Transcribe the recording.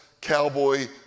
Cowboy